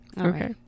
Okay